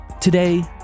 Today